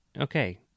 okay